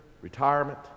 retirement